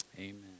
amen